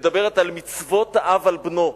מדברת על מצוות האב על בנו,